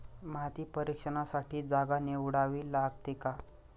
माती परीक्षणासाठी जागा निवडावी लागते का?